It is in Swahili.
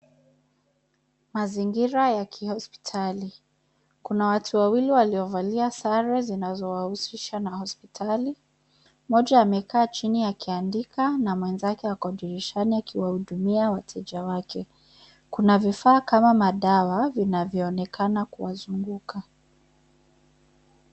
Mazingira ya kihospitali. Kuna watu wawili waliovalia sare zinazowahusisha na hospitali. Mmoja amekaa chini akiandika na mwezake ako dirishani akiwahudumia wateja wake. Kuna vifaa kama madawa vinavyoonekana kuwazunguka.